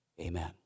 amen